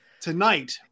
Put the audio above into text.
Tonight